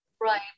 Right